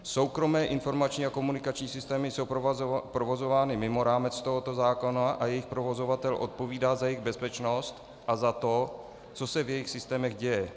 Soukromé informační a komunikační systémy jsou provozovány mimo rámec tohoto zákona a jejich provozovatel odpovídá za jejich bezpečnost a za to, co se v jejich systémech děje.